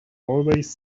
always